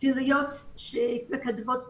בפעילויות מקדמות בריאות,